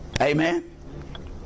Amen